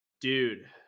dude